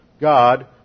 God